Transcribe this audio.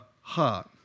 heart